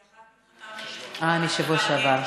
כי אחת נדחתה מהשבוע שעבר, אה, מהשבוע שעבר.